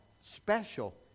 Special